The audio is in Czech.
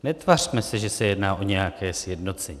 Netvařme se, že se jedná o nějaké sjednocení.